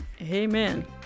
Amen